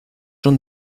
son